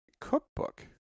cookbook